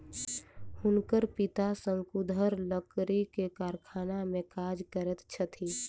हुनकर पिता शंकुधर लकड़ी के कारखाना में काज करैत छथि